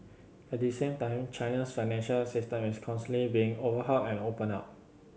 at the same time China's financial system is constantly being overhauled and opened up